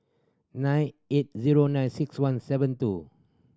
nine eight zero nine six one seven two